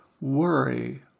Worry